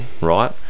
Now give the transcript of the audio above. right